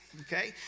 okay